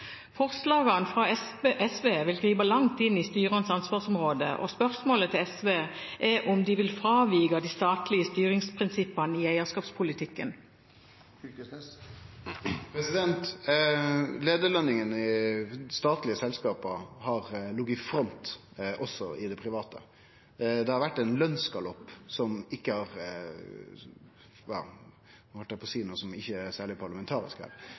Forslagene fra SV vil gripe langt inn i styrenes ansvarsområde, og spørsmålet til SV er om de vil fravike de statlige styringsprinsippene i eierskapspolitikken. Leiarløningane i statlege selskap har lege i front også i forhold til det private. Det har vore ein lønnsgalopp – no heldt eg på å seie noko som ikkje er særleg parlamentarisk – som ikkje liknar noko. Staten har